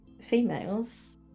females